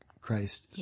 Christ